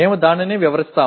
அதை நாம் விளக்குவோம்